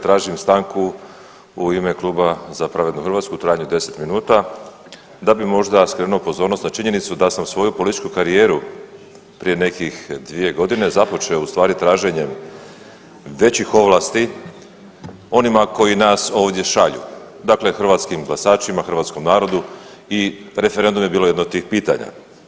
Tražim stanku u ime kluba Za pravednu Hrvatsku u trajanju od 10 minuta da bi možda skrenuo pozornost na činjenicu da sam svoju političku karijeru prije nekih dvije godine započeo ustvari traženjem većih ovlasti onima koji nas ovdje šalju, dakle hrvatskim glasačima, hrvatskom narodu i referendum je bilo jedno od tih pitanja.